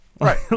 Right